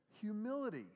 Humility